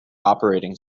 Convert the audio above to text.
operating